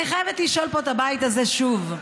אני חייבת לשאול פה את הבית הזה שוב: